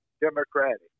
Democratic